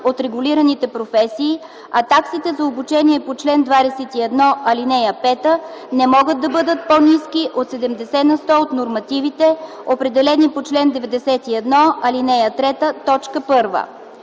от регулираните професии, а таксите за обучение по чл. 21, ал. 5 не могат да бъдат по-ниски от 70 на сто от нормативите, определени по чл. 91, ал. 3,